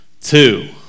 two